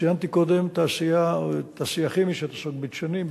ציינתי קודם תעשייה כימית שעוסקת בדשנים,